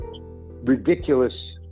ridiculous